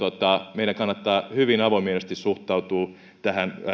meidän kannattaa hyvin avomielisesti suhtautua tähän